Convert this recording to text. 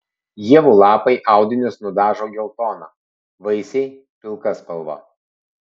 ievų lapai audinius nudažo geltona vaisiai pilka spalva